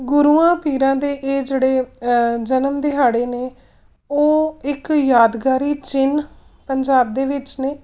ਗੁਰੂਆਂ ਪੀਰਾਂ ਦੇ ਇਹ ਜਿਹੜੇ ਜਨਮ ਦਿਹਾੜੇ ਨੇ ਉਹ ਇੱਕ ਯਾਦਗਾਰੀ ਚਿੰਨ੍ਹ ਪੰਜਾਬ ਦੇ ਵਿੱਚ ਨੇ